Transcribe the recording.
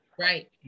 Right